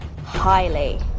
highly